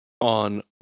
on